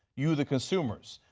you the consumers,